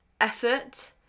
effort